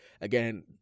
again